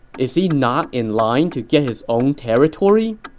is he not in line to get his own territory?